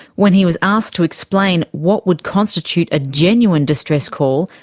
when he was asked to explain what would constitute a genuine distress call,